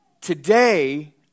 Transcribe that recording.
Today